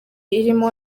irimo